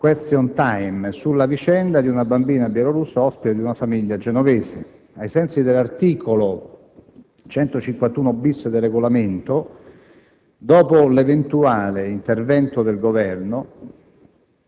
*question time*), sulla vicenda di una bambina bielorussa ospite di una famiglia genovese. Ai sensi dell'articolo 151-*bis* del Regolamento, dopo l'eventuale intervento del Governo